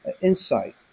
insight